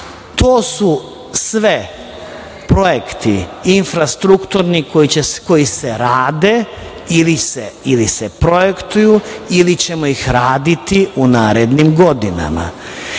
to su sve projekti infrastrukturni koji se rade ili se projektuju ili ćemo ih raditi u narednim godinama